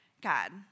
God